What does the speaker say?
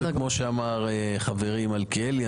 כמו שאמר חברי מלכיאלי,